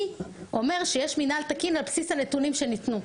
אומר שיש מינהל תקין על בסיס הנתונים שניתנו.